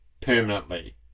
permanently